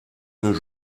nos